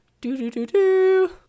Do-do-do-do